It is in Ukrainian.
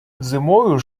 зимою